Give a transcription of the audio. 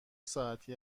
ساعتی